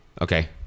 Okay